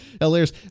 hilarious